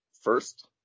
first